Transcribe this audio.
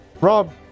Rob